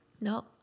no